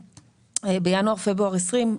בינואר-פברואר 2020,